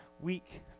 week